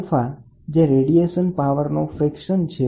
અહીં £ સ્ટીફનનો અચલાંક છે જેની કિંમત 50×108 W K4M2 છે